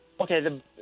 Okay